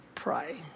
pray